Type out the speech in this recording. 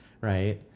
Right